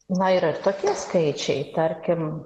na yra ir tokie skaičiai tarkim